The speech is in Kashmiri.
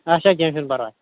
اچھا کینٛہہ چھُنہٕ پَرواے